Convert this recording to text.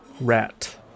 rat